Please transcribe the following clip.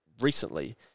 recently